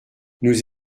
nous